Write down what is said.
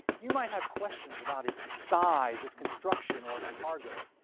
you might have questions about its size, its construction, or its cargo.